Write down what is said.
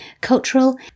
cultural